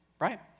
right